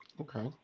Okay